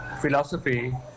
philosophy